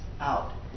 out